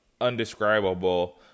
undescribable